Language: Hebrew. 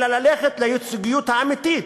אלא ללכת לייצוגיות האמיתית.